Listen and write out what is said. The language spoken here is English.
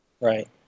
Right